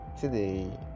today